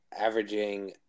averaging